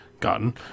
gotten